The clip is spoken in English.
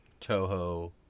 Toho